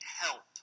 help